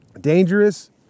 dangerous